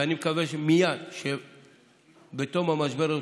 ואני מקווה שמייד בתום המשבר,